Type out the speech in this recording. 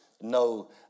no